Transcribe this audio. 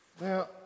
Now